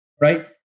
right